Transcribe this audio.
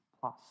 plus